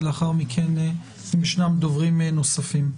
ולאחר מכן דוברים נוספים.